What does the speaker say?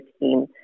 team